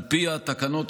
על פי התקנות,